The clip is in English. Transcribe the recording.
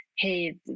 hey